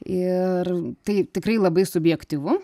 ir tai tikrai labai subjektyvu